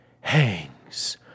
hangs